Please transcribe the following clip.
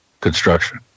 construction